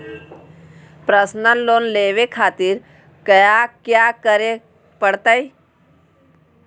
Personal loan लेवे खातिर कया क्या करे पड़तइ?